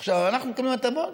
עכשיו, אנחנו מקבלים הטבות,